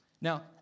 Now